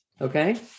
okay